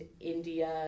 India